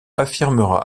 affirmera